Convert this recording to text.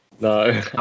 No